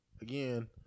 again